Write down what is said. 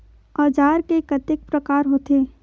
औजार के कतेक प्रकार होथे?